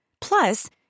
Plus